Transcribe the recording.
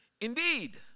Indeed